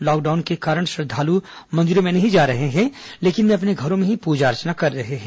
lockdown के कारण श्रद्धालु मंदिरों में नहीं जा रहे हैं लेकिन वे अपने घरों में ही पूजा अर्चना कर रहे हैं